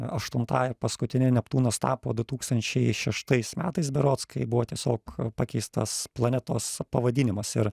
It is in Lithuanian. aštuntąja paskutine neptūnas tapo du tūkstančiai šeštais metais berods tai buvo tiesiog pakeistas planetos pavadinimas ir